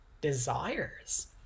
desires